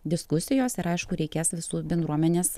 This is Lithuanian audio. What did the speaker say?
diskusijos ir aišku reikės visų bendruomenės